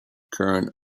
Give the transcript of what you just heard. current